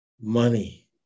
money